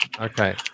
Okay